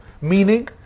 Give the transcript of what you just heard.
meaning